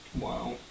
Wow